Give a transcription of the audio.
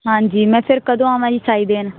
ਹਾਂਜੀ ਮੈਂ ਫਿਰ ਕਦੋਂ ਆਵਾਂ ਜੀ ਸਾਈ ਦੇਣ